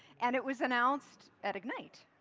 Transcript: and it was announced at ignite,